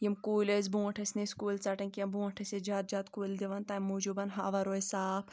یِم کُلۍ ٲسۍ برونٛٹھ ٲسۍ نہٕ أسۍ کُلۍ ژَٹان کینٛہہ برونٛٹھ ٲسۍ أسۍ زیادٕ زیادٕ کُلۍ دِوان تَمہِ موٗجوٗب ہوَا روزِ صاف